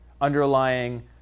underlying